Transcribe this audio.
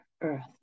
Earth